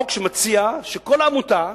החוק שמציע שכל עמותה